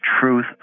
truth